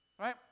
right